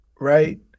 Right